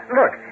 look